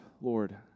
Lord